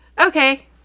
Okay